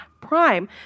prime